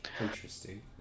Interesting